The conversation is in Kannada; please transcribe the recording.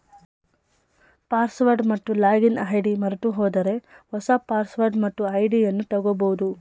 ಪಾಸ್ವರ್ಡ್ ಮತ್ತು ಲಾಗಿನ್ ಐ.ಡಿ ಮರೆತುಹೋದರೆ ಹೊಸ ಪಾಸ್ವರ್ಡ್ ಮತ್ತು ಐಡಿಯನ್ನು ತಗೋಬೋದು